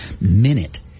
minute